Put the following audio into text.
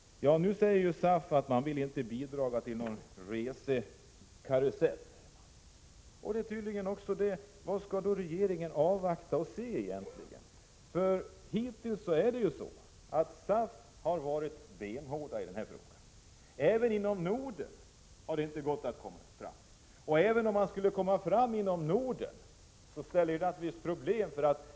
SAF säger att man inte vill bidra till någon resekarusell. Vad skall då regeringen avvakta? Hittills har ju SAF varit benhård i den här frågan. Det har inte heller inom Norden gått att komma fram. Och även om man skulle komma fram inom Norden finns det naturligtvis problem.